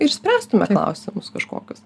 išspręstume klausimus kažkokius